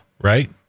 right